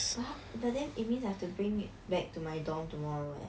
but but then it means I have to bring it back to my dormitory tomorrow eh